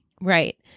Right